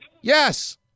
Yes